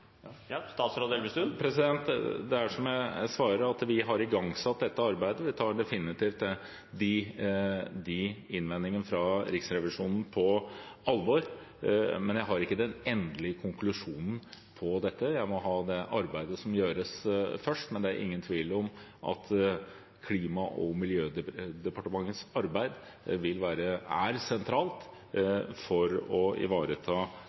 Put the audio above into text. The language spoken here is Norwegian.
Det er som jeg har svart, at vi har igangsatt dette arbeidet, og vi tar definitivt innvendingene fra Riksrevisjonen på alvor, men jeg har ikke den endelige konklusjonen på dette, jeg må først ha det arbeidet som gjøres. Men det er ingen tvil om at Klima- og miljødepartementets arbeid er sentralt for å ivareta